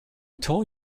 told